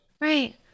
Right